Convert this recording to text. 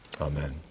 Amen